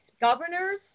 Governors